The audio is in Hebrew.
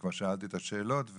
וכבר שאלתי את השאלות,